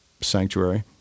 Sanctuary